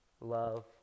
love